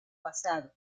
pasado